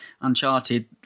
Uncharted